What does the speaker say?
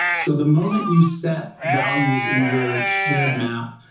so the moment you set values in your shared map,